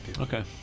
Okay